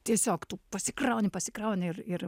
tiesiog tu pasikrauni pasikrauni ir ir